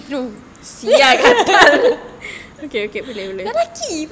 lelaki bah